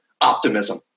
optimism